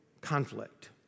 conflict